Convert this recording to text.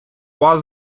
вас